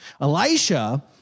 Elisha